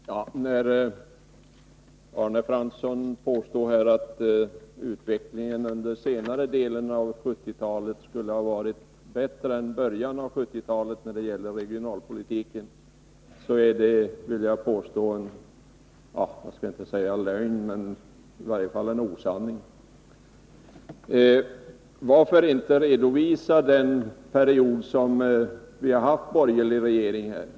Fru talman! När Arne Fransson påstår att utvecklingen i fråga om regionalpolitiken skulle ha varit bättre under senare delen av 1970-talet än under början av 1970-talet är det om inte lögn så i varje fall osanning. Varför redovisar man inte förhållandena under den period då vi har haft borgerliga regeringar?